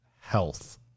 health